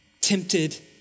tempted